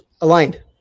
aligned